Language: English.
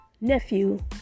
nephew